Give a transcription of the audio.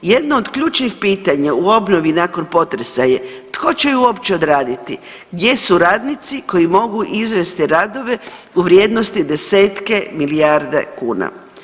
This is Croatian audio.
Jedno od ključnih pitanja u obnovi nakon potresa je tko će ju uopće odraditi, gdje su radnici koji mogu izvesti radove u vrijednosti desetke milijarde kuna.